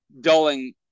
dulling